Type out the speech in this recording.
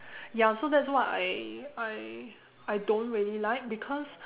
ya so that's what I I I don't really like because